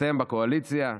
אתם בקואליציה.